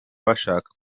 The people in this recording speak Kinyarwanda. bashaka